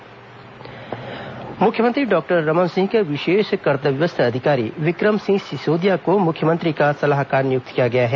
CM सलाहकार मुख्यमंत्री doctor Raman Singh के विशेष कर्तव्यस्थ अधिकारी विक्रम सिंह सिसोदिया को मुख्यमंत्री का सलाहकार नियुक्त किया गया है